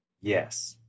Yes